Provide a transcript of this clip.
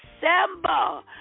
December